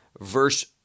verse